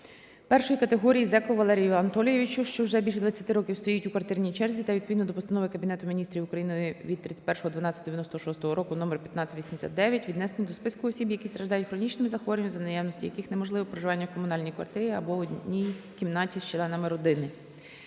ЧАЄС І категорії Зекову Валерію Анатолійовичу, що вже більше двадцяти років стоїть у квартирній черзі та відповідно до Постанови Кабінету Міністрів України від 31.12.1996 року (№ 1589) віднесений до списку осіб, які страждають хронічними захворюваннями, за наявності яких неможливе проживання в комунальній квартирі або в одній кімнаті з членами родини.